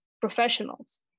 professionals